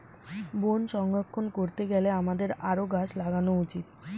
বন সংরক্ষণ করতে গেলে আমাদের আরও গাছ লাগানো উচিত